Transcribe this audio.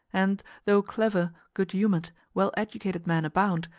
and, though clever, good-humoured, well-educated men abound,